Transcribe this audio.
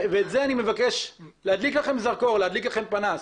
את זה אני מבקש להדליק לכם זרקור, להדליק לכם פנס.